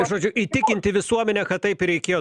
žodžiu įtikinti visuomenę kad taip ir reikėjo